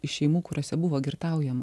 iš šeimų kuriose buvo girtaujama